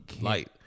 light